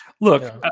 Look